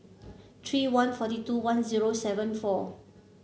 three one forty two one zero seven four